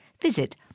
visit